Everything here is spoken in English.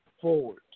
forward